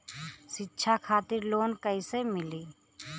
शिक्षा खातिर लोन कैसे मिली?